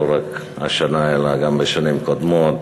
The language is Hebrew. לא רק השנה אלא גם בשנים קודמות.